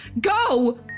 Go